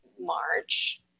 March